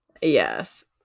Yes